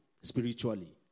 spiritually